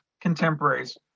contemporaries